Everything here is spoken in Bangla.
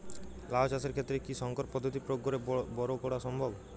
লাও চাষের ক্ষেত্রে কি সংকর পদ্ধতি প্রয়োগ করে বরো করা সম্ভব?